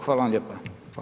Hvala vam lijepo.